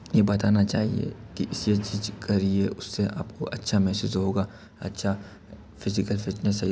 ये बताना चाहिए कि इस ये चीज करिए उससे आपको अच्छा महसूस होगा अच्छा फिजिकल फिटनेस है ये